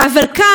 אבל כאן,